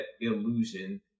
illusion